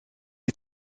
est